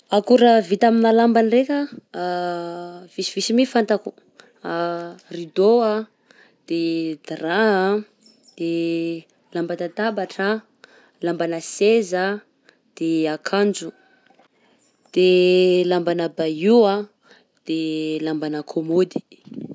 Akora vita amin'ny lamba ndraika, visivisy mi fantako: ridô a, de drap a, de lamban-databatra, lambana seza de akanjo, de lambana bahut a, de lambana kômôdy.